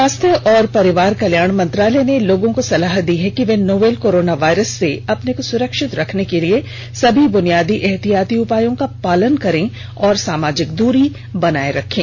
स्वास्थ्य और परिवार कल्याण मंत्रालय ने लोगों को सलाह दी है कि वे नोवल कोरोना वायरस से अपने को सुरक्षित रखने के लिए सभी बुनियादी एहतियाती उपायों का पालन करें और सामाजिक दूरी बनाए रखें